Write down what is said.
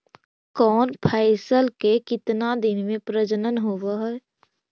कौन फैसल के कितना दिन मे परजनन होब हय?